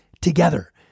together